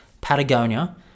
Patagonia